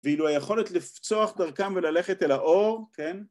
‫ואילו היכולת לפצוח דרכם ‫וללכת אל האור, כן?